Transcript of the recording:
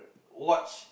watch